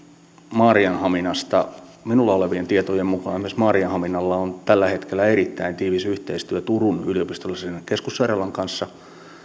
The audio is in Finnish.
maarianhaminasta minulla olevien tietojen mukaan myös maarianhaminalla on tällä hetkellä erittäin tiivis yhteistyö turun yliopistollisen keskussairaalan kanssa